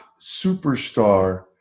superstar